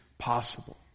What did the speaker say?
possible